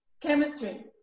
chemistry